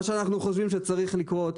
מה שאנחנו חושבים שצריך לקרות,